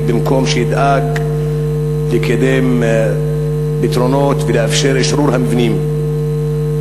במקום לדאוג לקדם פתרונות ולאפשר אשרור המבנים.